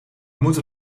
moeten